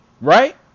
Right